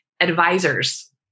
advisors